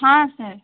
हाँ सर